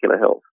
health